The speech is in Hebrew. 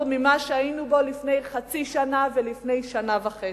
ממה שהיינו בו לפני חצי שנה ולפני שנה וחצי,